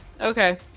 Okay